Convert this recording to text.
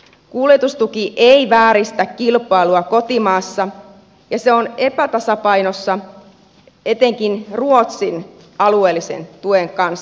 kuljetustuki ei vääristä kilpailua kotimaassa ja se on epätasapainossa etenkin ruotsin alueellisen tuen kanssa